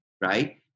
Right